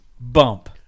bump